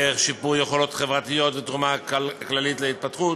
דרך שיפור יכולות חברתיות ותרומה כללית להתפתחות.